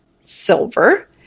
silver